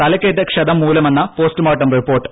തലയ്ക്കേറ്റ ക്ഷതം മുലമെന്ന് postmortem report